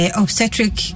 obstetric